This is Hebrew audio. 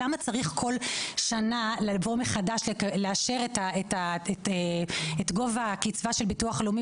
למה צריך כל שנה לבוא מחדש ולאשר את גובה הקצבה של ביטוח לאומי